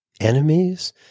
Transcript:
enemies